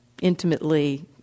intimately